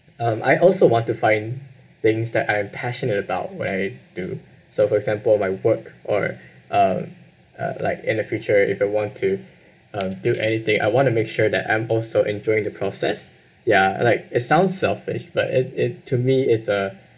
um I also want to find things that I am passionate about what I'll do so for example my work or um uh like in the future if I want to um do anything I want to make sure that I'm also enjoying the process ya uh like it sounds selfish but it it to me it's a